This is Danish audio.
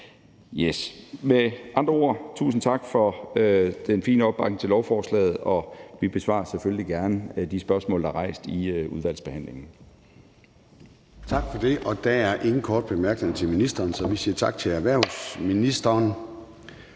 her regler. Tusind tak for den fine opbakning til lovforslaget, og vi besvarer selvfølgelig gerne de spørgsmål, der er rejst, i udvalgsbehandlingen.